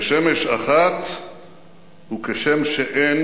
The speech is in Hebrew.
כשמש אחת וכשם שאין